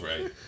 right